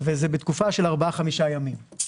וזה בתקופה של ארבעה-חמישה ימים.